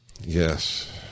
Yes